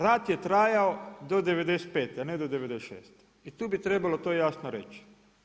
Rat je trajao do '95. a ne do '96. i tu bi trebalo to jasno reći.